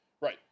Right